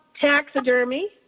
taxidermy